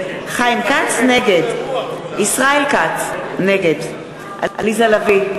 נגד ישראל כץ, נגד עליזה לביא,